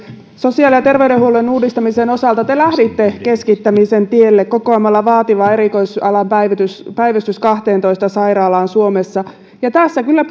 sosiaali ja terveydenhuollon uudistamisen osalta te lähditte keskittämisen tielle kokoamalla vaativan erikoisalojen päivystyksen kahteentoista sairaalaan suomessa ja tässä kyllä